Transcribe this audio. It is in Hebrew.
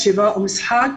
חשיבה ומשחק.